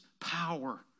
power